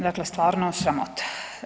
Dakle, stvarno sramota.